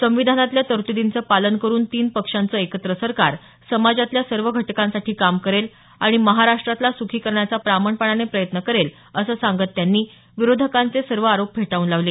संविधानातल्या तरतुदींचं पालन करून तीन पक्षांचं एकत्र सरकार समाजातल्या सर्व घटकांसाठी काम करेल आणि महाराष्ट्राला सुखी करण्याचा प्राणपणाने प्रयत्न करेल असं सांगत त्यांनी विरोधकांचे सर्व आरोप फेटाळून लावले